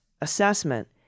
assessment